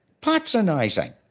patronising